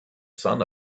sun